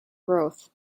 growth